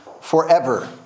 forever